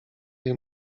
jej